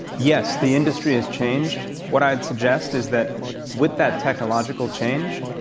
yes, the industry has changed. what i'd suggest is that with that technological change,